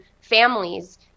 families